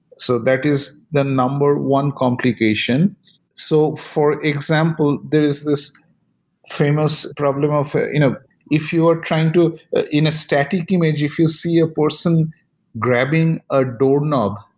so that is the number one complication so for example, there is this famous problem of you know if you are trying to in a static image, if you see a person grabbing a doorknob,